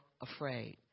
afraid